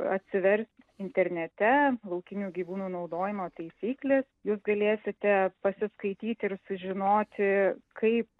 atsiverst internete laukinių gyvūnų naudojimo taisykles jūs galėsite pasiskaityti ir sužinoti kaip